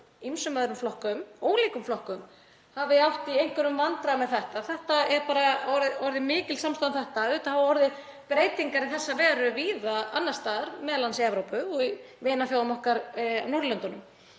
ýmsum öðrum flokkum, ólíkum flokkum, hafi átt í einhverjum vandræðum með þetta. Það er bara orðin mikil samstaða um þetta. Auðvitað hafa orðið breytingar í þessa veru víða annars staðar, m.a. í Evrópu og hjá vinaþjóðum okkar á Norðurlöndunum.